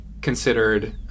considered